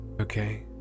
Okay